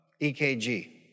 EKG